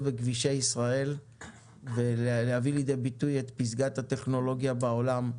בכבישי ישראל ולהביא לידי ביטוי את פסגת הטכנולוגיה בעולם,